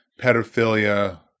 pedophilia